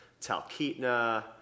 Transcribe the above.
Talkeetna